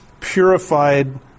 purified